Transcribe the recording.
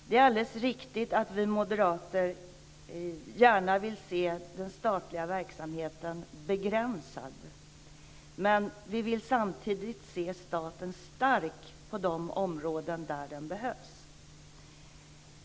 Det är alldeles riktigt att vi moderater gärna vill se den statliga verksamheten begränsad men samtidigt vill vi se staten stark på de områden där den behövs.